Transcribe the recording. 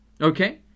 Okay